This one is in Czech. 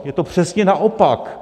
Je to přesně naopak.